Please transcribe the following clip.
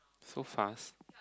so fast